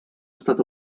estat